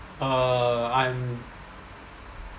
uh I'm